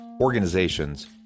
organizations